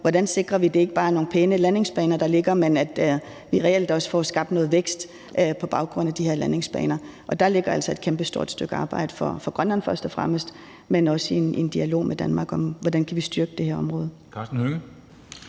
hvordan vi sikrer, at det ikke bare er nogle pæne landingsbaner, der ligger, men at vi reelt også får skabt noget vækst på baggrund af de her landingsbaner. Og der ligger der altså et kæmpestort stykke arbejde for Grønland først og fremmest, men også i en dialog med Danmark om, hvordan vi kan styrke det her område.